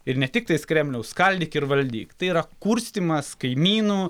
ir ne tik tais kremliaus skaldyk ir valdyk tai yra kurstymas kaimynų